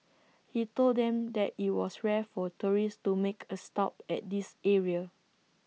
he told them that IT was rare for tourists to make A stop at this area